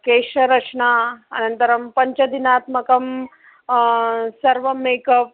केशरचना अनन्तरं पञ्चदिनात्मकं सर्वं मेकप्